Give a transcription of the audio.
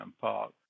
Park